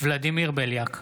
ולדימיר בליאק,